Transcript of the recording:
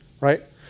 right